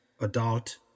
adult